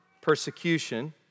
persecution